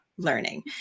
learning